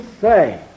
say